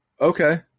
okay